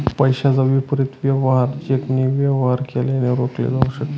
पैशाच्या विपरीत वेवहार चेकने वेवहार केल्याने रोखले जाऊ शकते